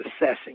assessing